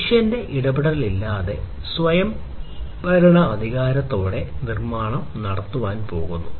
മനുഷ്യന്റെ ഇടപെടലില്ലാതെ സ്വയംഭരണാധികാരത്തോടെ നിർമ്മാണം നടത്താൻ പോകുന്നു